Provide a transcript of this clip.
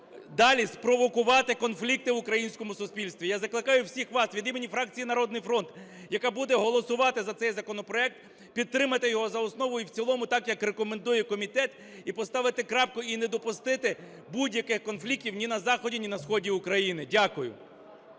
далі спровокувати конфлікти в українському суспільстві. Я закликаю всіх вас від імені фракції "Народний фронт", яка буде голосувати за цей законопроект, підтримати його за основу і в цілому, так, як рекомендує комітет, і поставити крапку, і не допустити будь-яких конфліктів ні на заході, на ні сході України. Дякую.